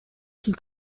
sul